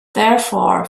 therefore